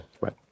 Right